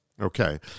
Okay